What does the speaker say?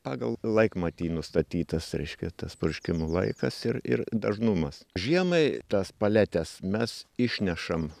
pagal laikmatį nustatytas reiškia tas purškimo laikas ir ir dažnumas žiemai tas paletes mes išnešam